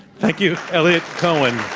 thank you, eliot cohen.